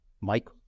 Mike